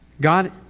God